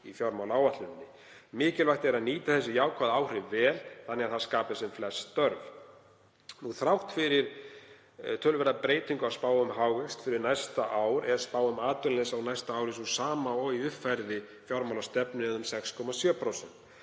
í fjármálaáætluninni. Mikilvægt er að nýta þessi jákvæðu áhrif vel þannig að það skapi sem flest störf. Þrátt fyrir töluverða breytingu á spá um hagvöxt fyrir næsta ár er spá um atvinnuleysi á næsta ári sú sama og í uppfærðri fjármálastefnu eða um 6,7%.